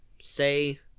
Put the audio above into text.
Say